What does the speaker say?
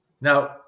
Now